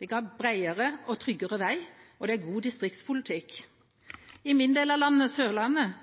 Det ga breiere og tryggere vei, og det er god distriktspolitikk. I min del av landet, Sørlandet,